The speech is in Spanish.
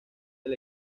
del